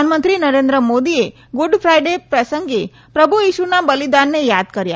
પ્રધાનમંત્રી નરેન્દ્ર મોદીએ Good Friday પ્રસંગે પ્રભુ ઇશુના બલિદાનને યાદ કર્યા